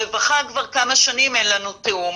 רווחה, כבר כמה שנים אין לנו תיאום.